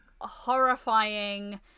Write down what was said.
horrifying